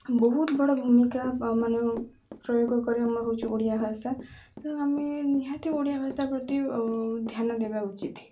ବହୁତ ବଡ଼ ଭୂମିକା ମାନେ ପ୍ରୟୋଗ କରି ଆମର ହେଉଛି ଓଡ଼ିଆ ଭାଷା ତେଣୁ ଆମେ ନିହାତି ଓଡ଼ିଆ ଭାଷା ପ୍ରତି ଧ୍ୟାନ ଦେବା ଉଚିତ